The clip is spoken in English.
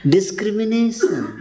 Discrimination